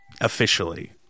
officially